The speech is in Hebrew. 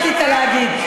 רצית להגיד.